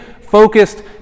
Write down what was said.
focused